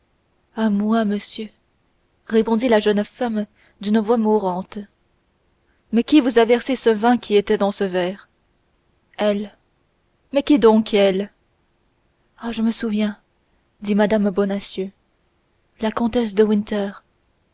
à moi monsieur répondit la jeune femme d'une voix mourante mais qui vous a versé ce vin qui était dans ce verre elle mais qui donc elle ah je me souviens dit mme bonacieux la comtesse de